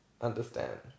understand